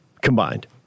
combined